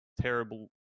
terrible